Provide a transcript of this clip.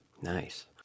Nice